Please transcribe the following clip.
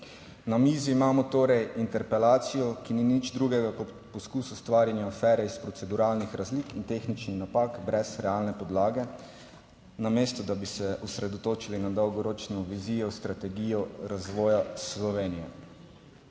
Na mizi imamo torej interpelacijo, ki nič drugega kot poskus ustvarjanja afere iz proceduralnih razlik in tehničnih napak brez realne podlage. Namesto da bi se osredotočili na dolgoročno vizijo, strategijo razvoja Slovenije.